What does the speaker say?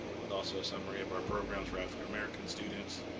with also a summary of our programs for african american students.